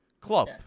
Club